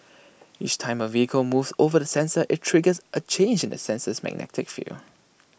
each time A vehicle moves over the sensor IT triggers A change in the sensor's magnetic field